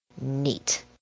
neat